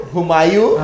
Humayu